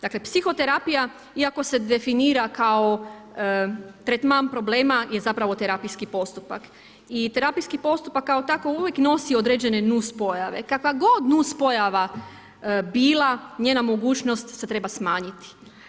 Dakle, psihoterapija iako se definira kao tretman problema je zapravo terapijski postupak i terapijski postupak kao tako uvijek nosi određene nuspojave kakva god nuspojava bila, njena mogućnost se treba smanjiti.